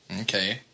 Okay